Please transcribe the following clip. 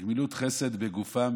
גמילות חסד בגופם,